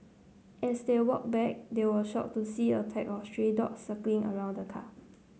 as they walked back they were shocked to see a pack of stray dogs circling around the car